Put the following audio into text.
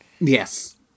Yes